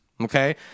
Okay